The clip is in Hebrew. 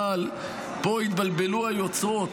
אבל פה התבלבלו היוצרות.